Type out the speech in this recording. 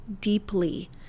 deeply